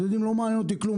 לא מעניין אותי כלום,